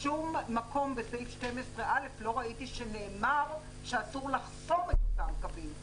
בשום מקום בסעיף 12א לא ראיתי שנאמר שאסור לחסום את אותם קווים.